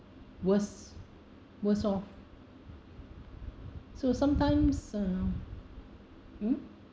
worse worsed off so sometimes um hmm